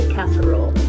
Casserole